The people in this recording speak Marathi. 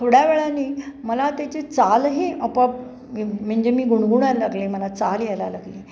थोड्या वेळाने मला त्याची चालही आपोआप म म्हणजे मी गुणगुणायला लागले मला चाल यायला लागली